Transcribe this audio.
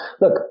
look